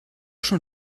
schon